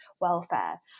welfare